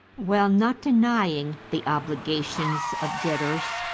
while not denying the obligations of debtors,